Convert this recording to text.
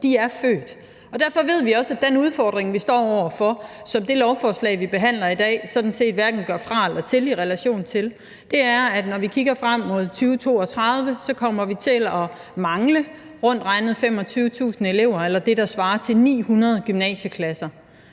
de er født. Derfor ved vi også, at den udfordring, vi står over for – og som det lovforslag, vi behandler i dag, sådan set hverken gør til eller fra i forhold til – er, at når vi kigger frem mod 2032, kommer vi til at mangle rundt regnet 25.000 elever eller det, der svarer til 900 gymnasieklasser.